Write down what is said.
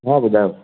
हा ॿुधायो